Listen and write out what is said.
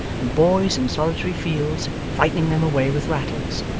and boys in solitary fields, frightening them away with rattles.